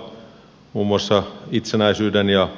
niitä ovat muun muassa itsenäisyyden ja